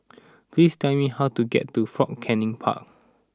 please tell me how to get to Fort Canning Park